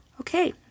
Okay